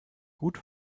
gut